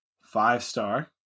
five-star